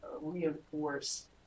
reinforce